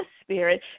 Spirit